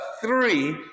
three